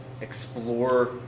explore